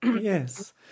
Yes